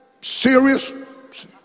serious